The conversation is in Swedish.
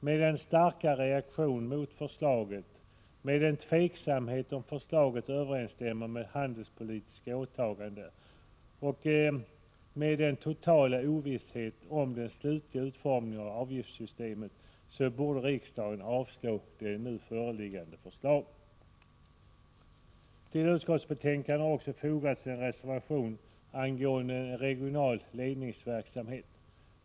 Med tanke på den starka reaktionen mot förslaget, med tanke på den tveksamhet som råder om huruvida förslaget överensstämmer med våra handelspolitiska åtaganden och med tanke på den totala ovissheten om den slutliga utformningen av avgiftssystemet, borde riksdagen avslå det nu föreliggande förslaget. Till utskottsbetänkandet har också fogats en reservation angående en regional ledningsverksamhet.